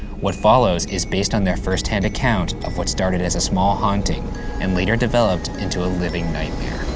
what follows is based on their first hand account of what started as a small haunting and later developed into a living nightmare.